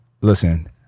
listen